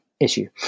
issue